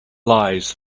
lies